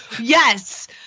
Yes